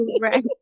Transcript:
Right